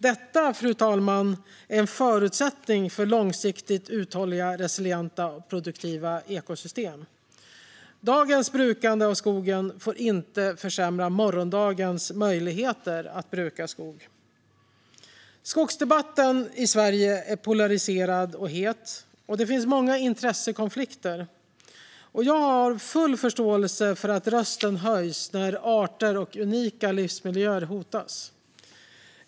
Detta, fru talman, är en förutsättning för långsiktigt uthålliga, resilienta och produktiva ekosystem. Dagens brukande av skogen får inte försämra morgondagens möjligheter att bruka skog. Skogsdebatten i Sverige är polariserad och het. Det finns många intressekonflikter, och jag har full förståelse för att rösten höjs när arter och unika livsmiljöer hotas.